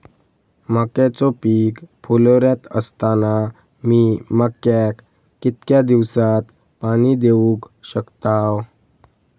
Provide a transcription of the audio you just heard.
मक्याचो पीक फुलोऱ्यात असताना मी मक्याक कितक्या दिवसात पाणी देऊक शकताव?